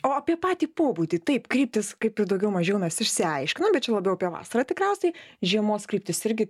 o apie patį pobūdį taip kryptys kaip ir daugiau mažiau mes išsiaiškinom bet čia labiau apie vasarą tikriausiai žiemos kryptys irgi